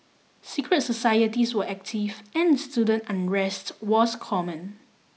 secret societies were active and student unrest was common